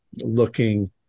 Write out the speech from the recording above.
looking